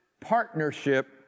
partnership